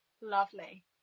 lovely